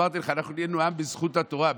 אמרתי לך, נהיינו עם בזכות התורה.